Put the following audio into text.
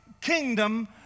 kingdom